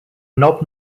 knob